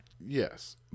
Yes